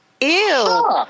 Ew